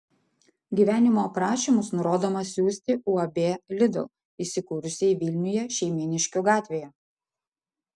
gyvenimo aprašymus nurodoma siųsti uab lidl įsikūrusiai vilniuje šeimyniškių gatvėje